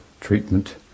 treatment